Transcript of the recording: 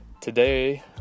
Today